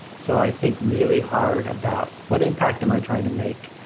so i think really hard about what impact am i trying to make,